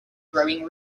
growing